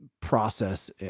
process